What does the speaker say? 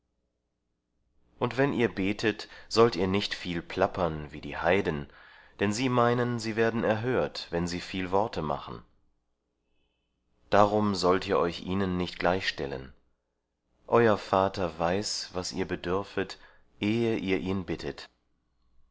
und wenn ihr betet sollt ihr nicht viel plappern wie die heiden denn sie meinen sie werden erhört wenn sie viel worte machen darum sollt ihr euch ihnen nicht gleichstellen euer vater weiß was ihr bedürfet ehe ihr ihn bittet